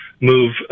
move